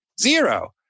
zero